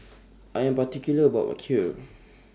I Am particular about My Kheer